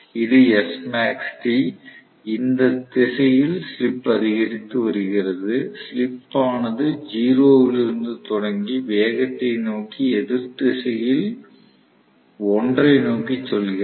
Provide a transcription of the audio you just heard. இது SmaxT இந்த திசையில் ஸ்லிப் அதிகரித்து வருகிறது ஸ்லிப் ஆனது 0 இலிருந்து தொடங்கி வேகத்தை நோக்கி எதிர் திசையில் 1 ஐ நோக்கி செல்கிறது